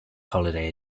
holiday